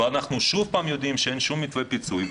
ואנחנו שוב יודעים שאין שום מתווה פיצוי,